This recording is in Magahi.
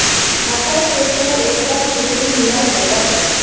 मटर के फुल एकदम तितली नियर होबा हइ